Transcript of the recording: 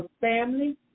family